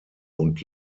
und